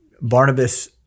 Barnabas